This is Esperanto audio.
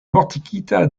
mortigita